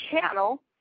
channel